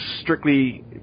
strictly